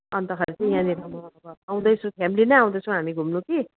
अन्तखेरि चाहिँ यहाँनिर म अब आउँदैछु फेमिली नै आउँदैछौँ हामी घुम्नु कि